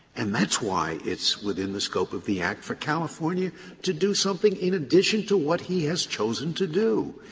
and that's why it's within the scope of the act for california to do something in addition to what he has chosen to do.